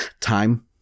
time